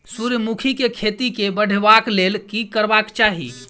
सूर्यमुखी केँ खेती केँ बढ़ेबाक लेल की करबाक चाहि?